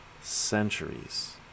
centuries